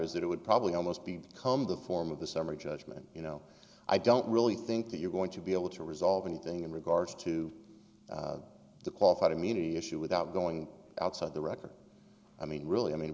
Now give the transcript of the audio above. is that it would probably almost be come the form of the summary judgment you know i don't really think that you're going to be able to resolve anything in regards to the qualified immunity issue without going outside the record i mean really i mean